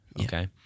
okay